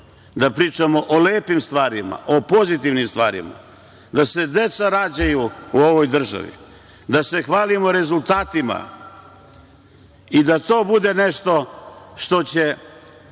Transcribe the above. da pričamo o lepim stvarima, o pozitivnim stvarima, da se deca rađaju u ovoj državi, da se hvalimo rezultatima i da to bude nešto što će